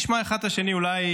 נשמע אחד את השני, אולי